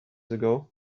ago